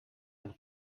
ein